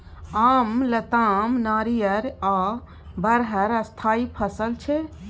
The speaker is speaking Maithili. आम, लताम, नारियर आ बरहर स्थायी फसल छै